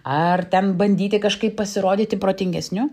ar ten bandyti kažkaip pasirodyti protingesniu